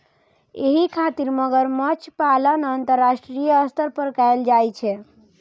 एहि खातिर मगरमच्छ पालन अंतरराष्ट्रीय स्तर पर कैल जाइ छै